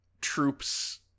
troops